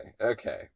okay